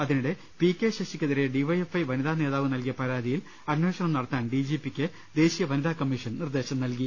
അതിനിടെ P K ശശിക്കെതിരെ D Y F I വനിതാ നേതാവ് നൽകിയ പരാതിയിൽ അന്വേഷണം നടത്താൻ ഡി ജി പിക്ക് ദേശീയ വനിതാ കമ്മീഷൻ നിർദ്ദേശം നൽകി